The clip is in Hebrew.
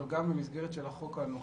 גם במסגרת של החוק הנוכחי,